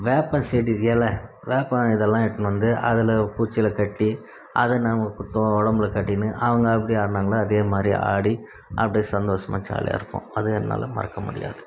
வேப்பஞ்செடி இல வேப்பம் இதெல்லாம் எடுத்துனுவந்து அதில் குச்சியில் கட்டி அதை நாம் உடம்பில் கட்டிக்கின்னு அவங்க எப்படி ஆடினாங்களோ அதே மாதிரி ஆடி அப்படி சந்தோஷமா ஜாலியாக இருப்போம் அது என்னால் மறக்க முடியாது